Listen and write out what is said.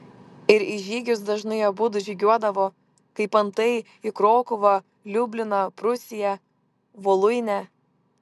ir į žygius dažnai abudu žygiuodavo kaip antai į krokuvą liubliną prūsiją voluinę